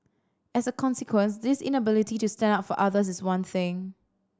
as a consequence this inability to stand up for others is one thing